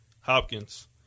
Hopkins